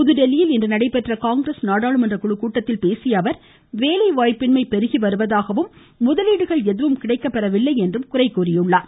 புதுதில்லியில் இன்று நடைபெற்ற காங்கிரஸ் நாடாளுமன்ற குழுக் கூட்டத்தில் பேசிய அவர் வேலை வாய்ப்பின்மை பெருகி வருவதாகவும் முதலீடுகள் எதுவும் கிடைக்கப் பெறவில்லை என்றும் குறை கூறினார்